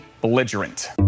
belligerent